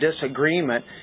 disagreement